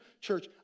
church